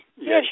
Yes